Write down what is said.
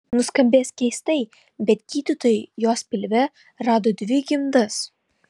nuskambės keistai bet gydytojai jos pilve rado dvi gimdas